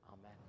Amen